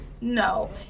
no